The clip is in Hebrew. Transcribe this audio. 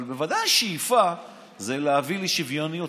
אבל בוודאי השאיפה היא להביא לשוויוניות.